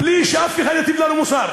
בלי שאף אחד יטיף לנו מוסר.